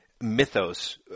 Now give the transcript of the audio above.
mythos